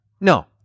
no